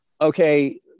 okay